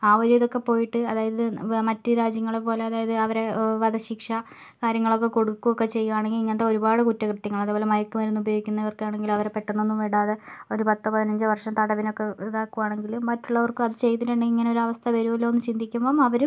ആ ഒര് ഇതൊക്കെ പോയിട്ട് അതായത് മറ്റ് രാജ്യങ്ങളെ പോലെ അതായത് അവരെ വധ ശിക്ഷ കാര്യങ്ങളൊക്കെ കൊടുക്കു ഒക്കെ ചെയ്യുകയാണെങ്കിൽ ഇങ്ങനത്തെ ഒരുപാട് കുറ്റകൃത്യങ്ങൾ അതുപോല മയക്കു മരുന്ന് ഉപയോഗിക്കുന്നവരൊക്കെ ആണെങ്കിൽ അവരെ പെട്ടന്നൊന്നും വിടാതെ ഒരു പത്തോ പതിനഞ്ചോ വർഷം തടവിനൊക്കെ ഇതാക്കു ആണെങ്കില് മറ്റുള്ളവർക്കും അത് ചെയ്തിട്ടുണ്ടെങ്കിൽ ഇങ്ങനൊരു അവസ്ഥ വരുവല്ലൊ എന്ന് ചിന്തിക്കുമ്പം അവരും